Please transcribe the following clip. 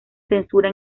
censura